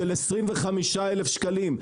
של 25,000 שקלים,